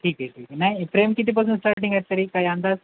ठीक आहे ठीक आहे नाही प्रेम कितीपासून स्टार्टिंग आहे तरी काही अ अंदाज